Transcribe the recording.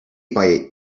eight